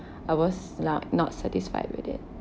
I was not not satisfied with it